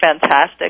fantastic